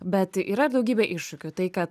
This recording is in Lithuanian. bet yra ir daugybė iššūkių tai kad